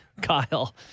kyle